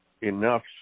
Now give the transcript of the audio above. enough